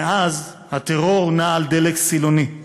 מאז הטרור נע על דלק סילוני,